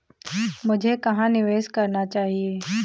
मुझे कहां निवेश करना चाहिए?